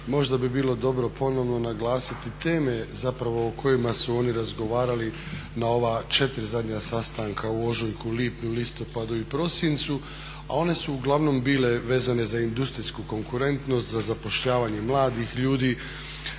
Možda bi bilo dobro ponovno naglasiti teme zapravo o kojima su oni razgovarali na ova 4 zadnja sastanka u ožujku, lipnju, listopadu i prosincu, a one su uglavnom bile vezane za industrijsku konkurentnost, za zapošljavanje mladih ljudi,